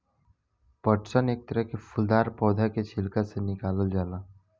पटसन एक तरह के फूलदार पौधा के छिलका से निकालल जाला